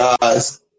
guys